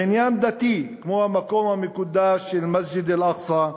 בעניין דתי, כמו המקום המקודש של מסגד אל-אקצא,